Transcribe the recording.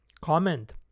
Comment